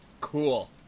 Cool